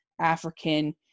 african